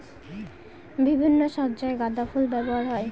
বিভিন্ন সজ্জায় গাঁদা ফুল ব্যবহার হয়